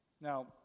Now